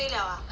pay liao ah